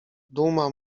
duma